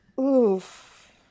Oof